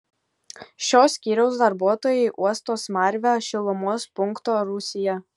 šio skyriaus darbuotojai uosto smarvę šilumos punkto rūsyje